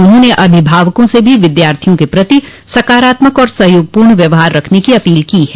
उन्होंने अभिभावकों से भी विद्यार्थियों के प्रति सकारात्मक और सहयोगपूर्ण व्यवहार रखने की अपील की है